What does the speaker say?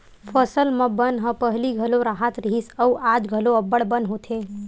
फसल म बन ह पहिली घलो राहत रिहिस अउ आज घलो अब्बड़ बन होथे